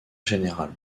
général